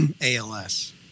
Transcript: ALS